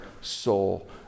soul